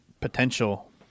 potential